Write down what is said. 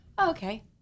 Okay